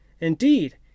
Indeed